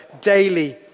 daily